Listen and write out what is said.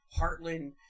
Heartland